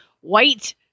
white